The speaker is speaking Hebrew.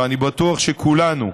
ואני בטוח שכולנו,